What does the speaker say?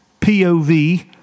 POV